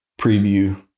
preview